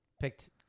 Picked